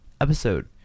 episode